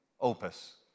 opus